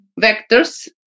vectors